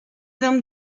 them